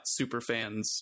superfans